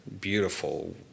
Beautiful